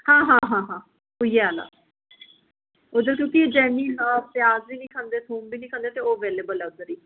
हां हां हां उ'यै आह्ला उद्धर क्योकि जैनी ना प्याज बी नी खंदे थोम बी खंदे ते ओह् अवेलेबल ऐ उद्धर ई